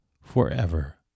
forever